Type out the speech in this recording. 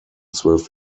zwölf